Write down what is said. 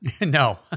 No